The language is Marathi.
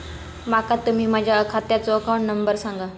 माका तुम्ही माझ्या खात्याचो अकाउंट नंबर सांगा?